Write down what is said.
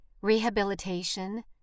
rehabilitation